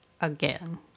Again